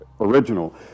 original